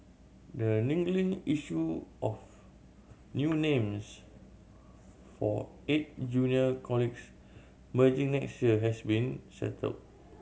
the niggling issue of new names for eight junior colleagues merging next year has been settled